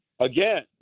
Again